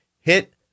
hit